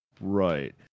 Right